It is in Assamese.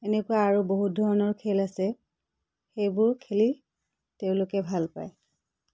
এনেকুৱা আৰু বহুত ধৰণৰ খেল আছে সেইবোৰ খেলি তেওঁলোকে ভাল পায়